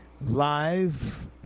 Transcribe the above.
live